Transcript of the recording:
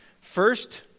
First